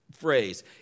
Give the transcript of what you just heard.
phrase